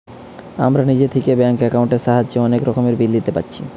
আমরা নিজে থিকে ব্যাঙ্ক একাউন্টের সাহায্যে অনেক রকমের বিল দিতে পারছি